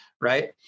right